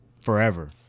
Forever